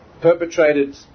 perpetrated